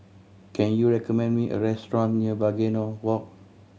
can you recommend me a restaurant near Begonia Walk